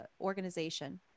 organization